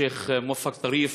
שיח' מואפק טריף,